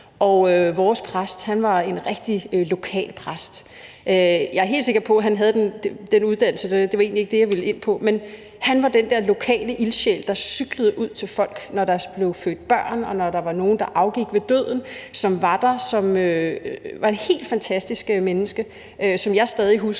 teologistudiet, nævnte jeg min egen præst. Jeg er fra Fredensborg, og vores præst var en rigtig lokal præst. Han var den der lokale ildsjæl, der cyklede ud til folk, når der blev født børn, og når der var nogen, der afgik ved døden, som var der, og som var et helt fantastisk menneske, som jeg stadig husker,